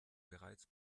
bereits